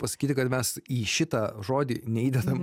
pasakyti kad mes į šitą žodį neįdedam